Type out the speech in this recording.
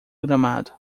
gramado